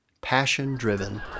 passion-driven